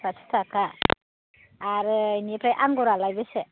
साथि थाखा आरो बेनिफ्राय आंगुरालाय बेसे